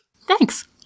thanks